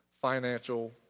financial